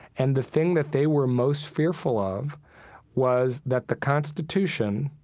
and the thing that they were most fearful of was that the constitution,